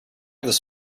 this